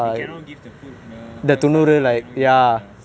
they cannot give the food the prasadam all cannot give ya